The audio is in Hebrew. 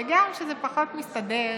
וגם כשזה פחות מסתדר,